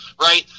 right